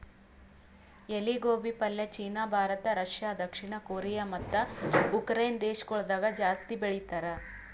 ಎಲಿ ಗೋಬಿ ಪಲ್ಯ ಚೀನಾ, ಭಾರತ, ರಷ್ಯಾ, ದಕ್ಷಿಣ ಕೊರಿಯಾ ಮತ್ತ ಉಕರೈನೆ ದೇಶಗೊಳ್ದಾಗ್ ಜಾಸ್ತಿ ಬೆಳಿತಾರ್